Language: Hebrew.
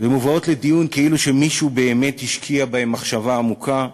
ומובאות לדיון כאילו מישהו באמת השקיע בהן מחשבה עמוקה.